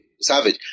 savage